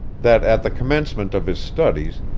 that, at the commencement of his studies,